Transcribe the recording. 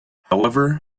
however